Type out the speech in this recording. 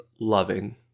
loving